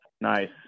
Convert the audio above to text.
Nice